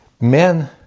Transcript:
Men